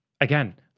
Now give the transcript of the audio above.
again